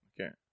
Okay